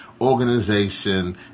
organization